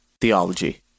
Theology